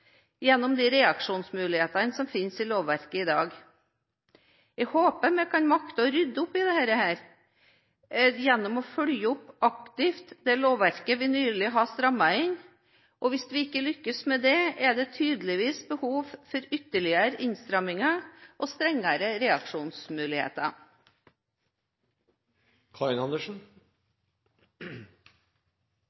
gjennom de reaksjonsmulighetene som finnes i lovverket i dag. Jeg håper vi kan makte å rydde opp i dette gjennom aktivt å følge opp det lovverket vi nylig har strammet inn. Hvis vi ikke lykkes med det, er det tydeligvis behov for ytterligere innstramminger og strengere reaksjonsmuligheter.